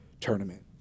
tournament